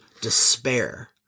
despair